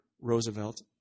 Roosevelt